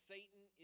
Satan